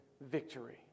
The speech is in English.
victory